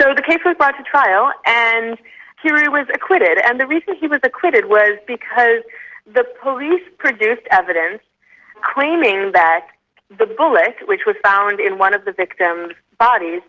so, the case was brought to trial, and kirui was acquitted. and the reason he was acquitted was because the police produced evidence claiming that the bullet which was found in one of the victims' bodies